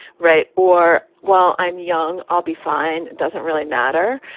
right. or while i'm young, i'll be fine. it doesn't really matter.